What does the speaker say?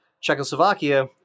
Czechoslovakia